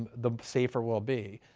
the safer we'll be.